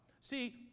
See